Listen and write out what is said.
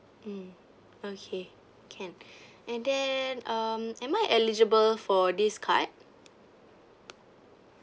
mm okay can and then um am I eligible for this card